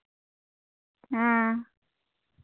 ᱦᱮᱸ